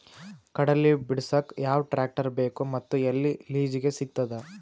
ಕಡಲಿ ಬಿಡಸಕ್ ಯಾವ ಟ್ರ್ಯಾಕ್ಟರ್ ಬೇಕು ಮತ್ತು ಎಲ್ಲಿ ಲಿಜೀಗ ಸಿಗತದ?